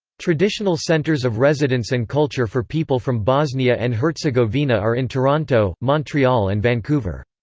traditional centers of residence and culture for people from bosnia and herzegovina are in toronto, montreal and vancouver.